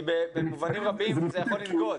כי במובנים רבים זה יכול לנגוד.